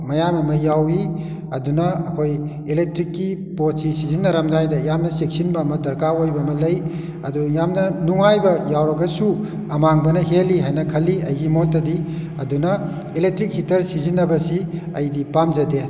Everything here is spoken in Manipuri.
ꯃꯌꯥꯝ ꯑꯃ ꯌꯥꯎꯏ ꯑꯗꯨꯅ ꯑꯩꯈꯣꯏ ꯑꯦꯂꯦꯛꯇ꯭ꯔꯤꯛꯀꯤ ꯄꯣꯠꯁꯤ ꯁꯤꯖꯤꯟꯅꯔꯝꯗꯥꯏꯗ ꯌꯥꯝꯅ ꯆꯦꯛꯁꯤꯟꯕ ꯑꯃ ꯗꯔꯀꯥꯔ ꯑꯣꯏꯕ ꯑꯃ ꯂꯩ ꯑꯗꯣ ꯌꯥꯝꯅ ꯅꯨꯡꯉꯥꯏꯕ ꯌꯥꯎꯔꯒꯁꯨ ꯑꯃꯥꯡꯕꯅ ꯍꯦꯜꯂꯤ ꯍꯥꯏꯅ ꯈꯜꯂꯤ ꯑꯩꯒꯤ ꯃꯣꯠꯇꯗꯤ ꯑꯗꯨꯅ ꯑꯦꯂꯦꯛꯇ꯭ꯔꯤꯛ ꯍꯤꯇꯔ ꯁꯤꯖꯤꯟꯅꯕꯁꯤ ꯑꯩꯗꯤ ꯄꯥꯝꯖꯗꯦ